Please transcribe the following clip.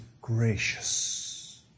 gracious